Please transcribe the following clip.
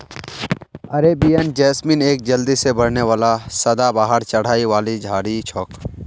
Arabian jasmine एक जल्दी से बढ़ने वाला सदाबहार चढ़ाई वाली झाड़ी छोक